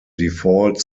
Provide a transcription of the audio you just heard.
default